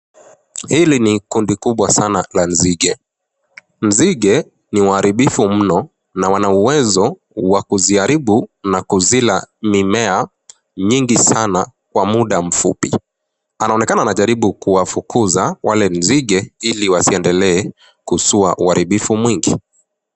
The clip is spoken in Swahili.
Hili ni kundi kubwa sana la nzige. Nzige ni waharibifu mno na wana uwezo wa kuziharibu na kuzila mimea nyingi sana kwa muda mfupi. Anaonekana anajaribu kuwafukuza wale nzige ili wasiendelee kuzua uharibifu mwingi.